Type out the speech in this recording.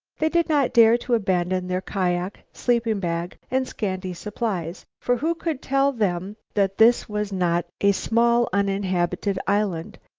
they did not dare to abandon their kiak, sleeping-bag, and scanty supplies, for who could tell them that this was not a small uninhabited island?